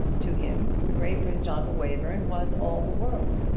to him graybridge-on-the-wayverne was all the world.